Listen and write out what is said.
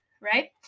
right